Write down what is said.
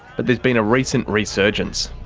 but there's been a recent resurgence.